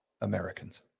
Americans